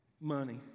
Money